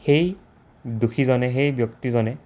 সেই দোষীজনে সেই ব্যক্তিজনে